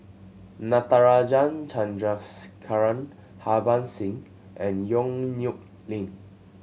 Natarajan Chandrasekaran Harbans Singh and Yong Nyuk Lin